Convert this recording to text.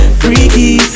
freaky